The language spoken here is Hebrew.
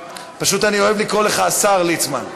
פשוט אני אוהב לקרוא לך "השר ליצמן".